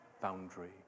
boundary